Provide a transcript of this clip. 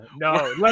no